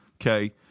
okay